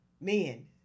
men